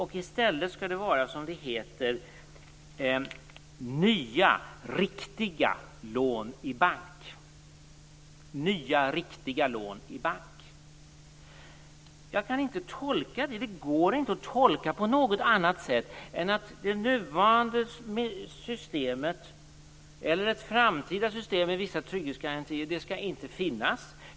I stället skall det vara, som det heter, nya riktiga lån i bank. Det går inte att göra någon annan tolkning än att det nuvarande systemet, eller ett framtida system med vissa trygghetsgarantier, inte skall finnas.